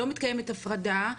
לא מתקיימת הפרדה,